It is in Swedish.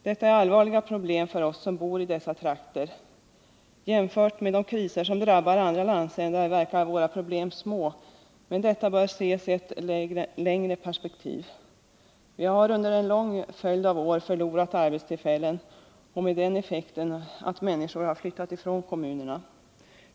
Detta är allvarliga problem för oss som bor i dessa trakter. Jämförda med de kriser som drabbar andra landsändar verkar våra problem små, men det här bör ses i ett längre perspektiv. Vi har under en lång rad av år förlorat arbetstillfällen med den följden att människor har flyttat från kommunerna.